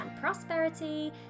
prosperity